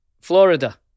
Florida